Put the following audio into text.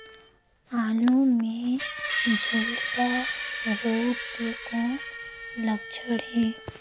आलू मे झुलसा रोग के कौन लक्षण हे?